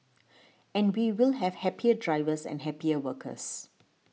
and we will have happier drivers and happier workers